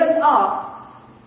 up